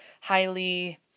highly